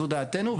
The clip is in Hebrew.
זו דעתנו.